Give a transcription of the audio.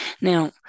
Now